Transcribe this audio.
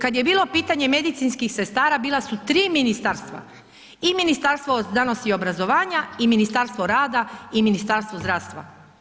Kad je bilo pitanje medicinskih sestara, bila su tri ministarstva, i Ministarstvo znanosti i obrazovanja i Ministarstvo rada i Ministarstvo zdravstva.